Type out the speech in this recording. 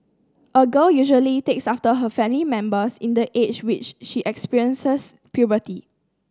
a girl usually takes after her family members in the age which she experiences puberty